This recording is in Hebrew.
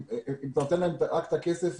אם אתה נותן להם רק את הכסף,